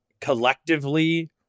collectively